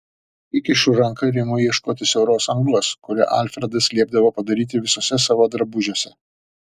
įkišu ranką ir imu ieškoti siauros angos kurią alfredas liepdavo padaryti visuose savo drabužiuose